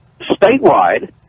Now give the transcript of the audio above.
statewide